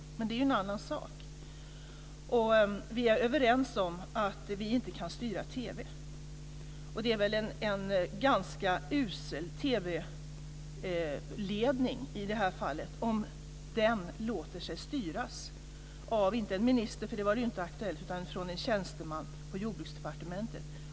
Men det är en annan sak. Vi är överens om att vi inte kan styra TV. Det vore väl en ganska usel TV-ledning om den i det här fallet lät sig styras av, inte en minister, för det var ju inte aktuellt, utan av en tjänsteman på Jordbruksdepartementet.